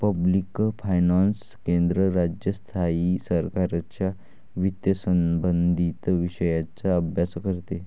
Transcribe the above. public finance केंद्र, राज्य, स्थायी सरकारांच्या वित्तसंबंधित विषयांचा अभ्यास करते